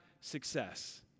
success